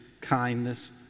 kindness